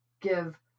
give